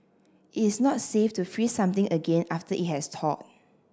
it's not safe to freeze something again after it has thawed